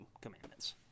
commandments